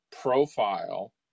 profile